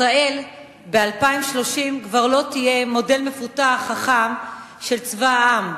ישראל ב-2030 כבר לא תהיה מודל מפותח חכם של צבא העם,